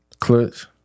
Clutch